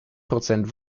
prozent